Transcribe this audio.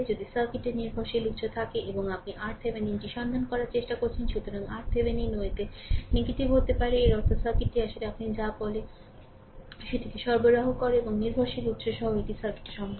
যদি সার্কিটের নির্ভরশীল উত্স থাকে এবং আপনি RTheveninটি সন্ধান করার চেষ্টা করছেন সুতরাং RThevenin ও এতে নেগেটিভ হয়ে উঠতে পারে এর অর্থ সার্কিটটি আসলে আপনি যা বলে সেটিকে সরবরাহ করে এবং নির্ভরশীল উত্স সহ একটি সার্কিটে এটি সম্ভব